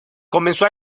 comenzó